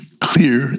clear